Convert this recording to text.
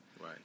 right